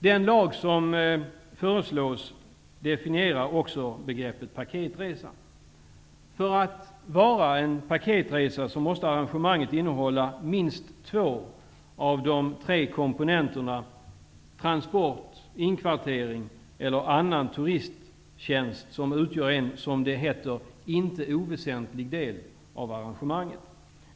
I lagförslaget definieras begreppet paketresa. För att en resa skall vara en paketresa måste arrangemanget innehålla minst två av de tre komponenterna transport, inkvartering eller annan turisttjänst som utgör en -- som det heter -- inte oväsentlig del av arrangemanget.